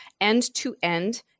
end-to-end